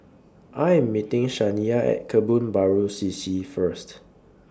I Am meeting Shaniya At Kebun Baru C C First